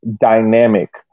dynamic